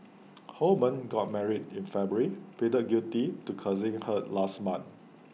Holman got married in February pleaded guilty to causing hurt last month